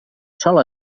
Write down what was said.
sol